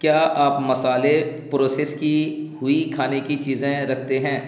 کیا آپ مسالے پروسیس کی ہوئی کھانے کی چیزیں رکھتے ہیں